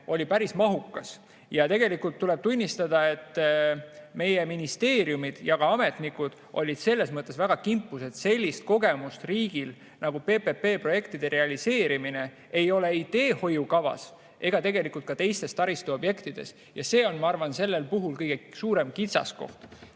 oli päris mahukas. Tuleb tunnistada, et meie ministeeriumid ja ametnikud olid selles mõttes väga kimpus, et riigil sellist kogemust nagu PPP‑projektide realiseerimine ei ole ei teehoiukava ega tegelikult ka teiste taristuobjektide puhul olnud. See on, ma arvan, sellel puhul kõige suurem kitsaskoht.